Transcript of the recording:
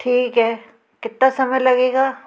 ठीक है कितना समय लगेगा